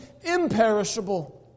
imperishable